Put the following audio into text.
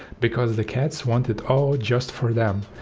because the cats want it all just for them.